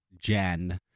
Jen